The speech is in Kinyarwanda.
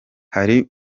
hari